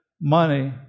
money